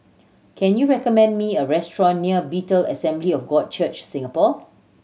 can you recommend me a restaurant near Bethel Assembly of God Church Singapore